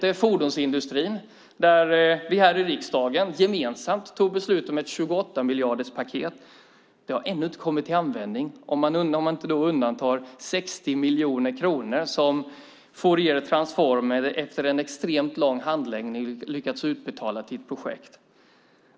Det är fordonsindustrin. Vi tog här i riksdagen gemensamt beslut om ett 28-miljarderspaket. Det har ännu inte kommit till användning, om man undantar 60 miljoner kronor som Fouriertransform efter en extremt lång handläggning lyckats utverka till ett projekt.